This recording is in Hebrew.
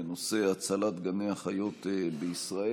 בנושא הצלת גני החיות בישראל.